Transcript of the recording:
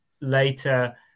later